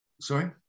Sorry